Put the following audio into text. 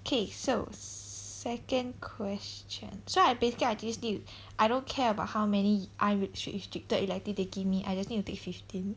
okay so second question so I basically I just need I don't care about how many unre~ restricted elective they gave me I just need to take fifteen